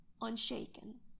unshaken